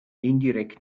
indirekt